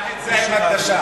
את זה עם הקדשה.